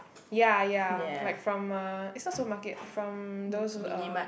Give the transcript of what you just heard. ya ya like from uh is not supermarket from those um